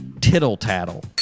tittle-tattle